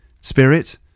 Spirit